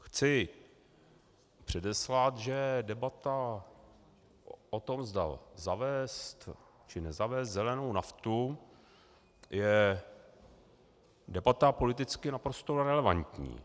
Chci předeslat, že debata o tom, zda zavést, či nezavést zelenou naftu je debata politicky naprosto relevantní.